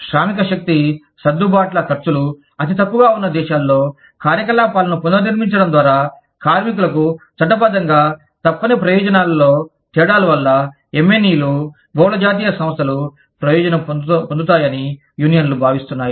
శ్రామికశక్తి సర్దుబాట్ల ఖర్చులు అతి తక్కువగా ఉన్న దేశాలలో కార్యకలాపాలను పునర్నిర్మించడం ద్వారా కార్మికులకు చట్టబద్ధంగా తప్పనిసరి ప్రయోజనాలలో తేడాలు వల్ల MNE లు బహుళ జాతీయ సంస్థలు ప్రయోజనం పొందుతాయని యూనియన్లు భావిస్తున్నాయి